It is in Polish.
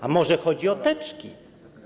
A może chodzi o teczki?